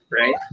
right